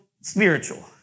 spiritual